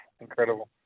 incredible